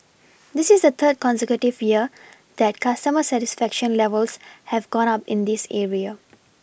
this is the third consecutive year that customer satisfaction levels have gone up in this area